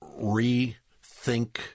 rethink